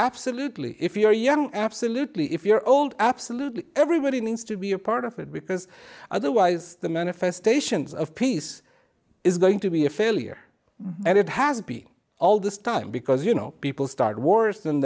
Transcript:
absolutely if you're young absolutely if you're old absolutely everybody needs to be a part of it because otherwise the manifestations of peace is going to be a failure and it has been all this time because you know people start wors